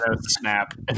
Snap